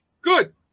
Good